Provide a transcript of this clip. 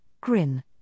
grin